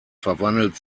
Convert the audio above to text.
verwandelt